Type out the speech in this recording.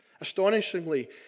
Astonishingly